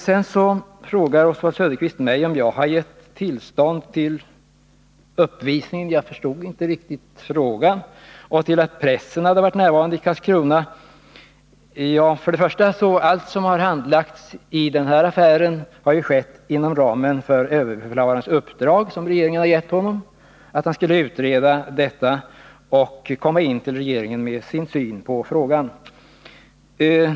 Sedan frågar Oswald Söderqvist mig om jag har gett tillstånd till uppvisning — jag förstod inte den frågan — och till pressen att närvara i Karlskrona. Först och främst: All handläggning i den här affären har ju skett inom ramen för överbefälhavarens uppdrag, som regeringen har gett honom, att utreda detta och för regeringen redovisa sin syn på frågan.